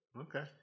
Okay